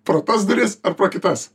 pro tas duris ar po kitas